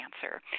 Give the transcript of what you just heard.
cancer